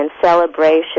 celebration